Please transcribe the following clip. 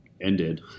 ended